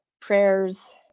prayers